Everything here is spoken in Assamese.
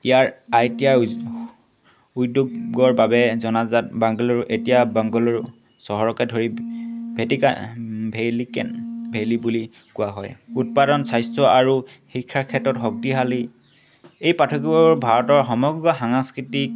ইয়াৰ আইতিয়াৰ উদ্যোগৰ বাবে জনাজাত বাংগালোৰ এতিয়া বাংগালোৰ চহৰকে ধৰি ভেটিকা ভেলিকে ভেলী বুলি কোৱা হয় উৎপাদন স্বাস্থ্য আৰু শিক্ষাৰ ক্ষেত্ৰত শক্তিশালী এই পাৰ্থক্যৰ ভাৰতৰ সমগ্ৰ সাংস্কৃতিক